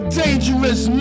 dangerous